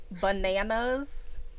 bananas